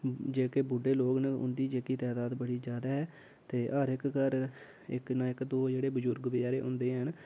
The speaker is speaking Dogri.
जेह्के बुड्ढे लोग न उं'दी जेह्की तैदाद बड़ी जादा ऐ ते हर इक घर इक ना इक दौ जेह्ड़े बजुर्ग बचैरे होंदे हैन